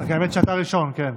האמת היא שאתה ראשון, כן.